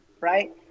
right